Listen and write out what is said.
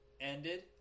ended